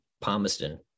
Palmerston